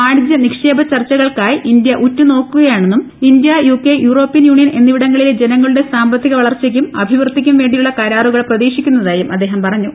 വാണിജ്യനിക്ഷേപ ചർച്ചകൾക്കായി ഇത്യ് ഉറ്റുനോക്കുകയാണെന്നും ഇന്ത്യ യുകെ യൂറോപ്യൻ യൂണിയൻ എന്നിവിടങ്ങളിലെ ജനങ്ങളുടെ സാമ്പത്തിക വളർച്ച്യ്ക്കും അഭിവൃദ്ധിക്കും വേണ്ടിയുള്ള കരാറുകൾ പ്രതീക്ഷിക്കുന്നതായും അദ്ദേഹം പറഞ്ഞു